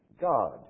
God